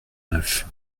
neuf